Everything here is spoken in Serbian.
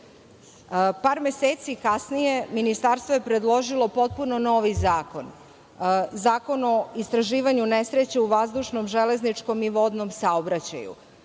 meseci kasnije, Ministarstvo je predložilo potpuno novi zakon - Zakon o istraživanju nesreća u vazdušnom, železničkom i vodnom saobraćaju.